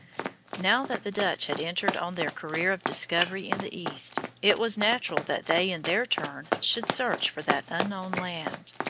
now that the dutch had entered on their career of discovery in the east, it was natural that they in their turn should search for that unknown land.